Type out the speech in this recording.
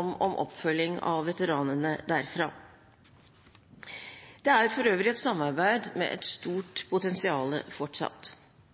om oppfølging av veteranene derfra. Det er for øvrig et samarbeid med et